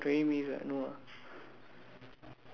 no no she said need to talk for twenty minutes what no ah